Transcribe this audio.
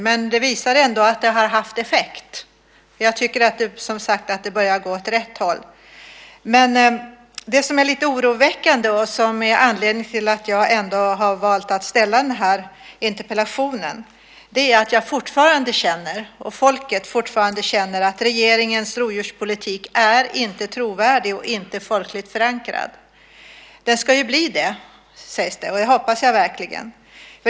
Men det visar ändå att det har haft effekt, för jag tycker som sagt att det börjar gå åt rätt håll. Men det som är lite oroväckande och som är anledning till att jag har valt att ställa den här interpellationen är att jag fortfarande känner och att folket fortfarande känner att regeringens rovdjurspolitik inte är trovärdig och inte folkligt förankrad. Den ska bli det, sägs det. Det hoppas jag verkligen.